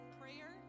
prayer